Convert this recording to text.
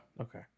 okay